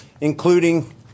including